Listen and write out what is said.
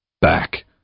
Back